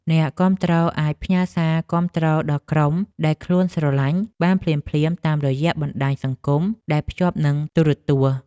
អ្នកគាំទ្រអាចផ្ញើសារគាំទ្រដល់ក្រុមដែលខ្លួនស្រឡាញ់បានភ្លាមៗតាមរយៈបណ្តាញសង្គមដែលភ្ជាប់នឹងទូរទស្សន៍។